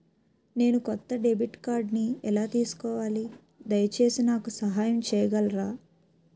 నేను కొత్త డెబిట్ కార్డ్ని ఎలా తీసుకోవాలి, దయచేసి నాకు సహాయం చేయగలరా?